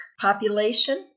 population